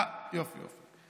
אה, יופי, יופי.